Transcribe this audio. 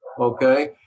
okay